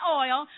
oil